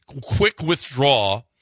quick-withdraw